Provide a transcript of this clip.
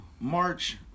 March